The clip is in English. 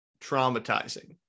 traumatizing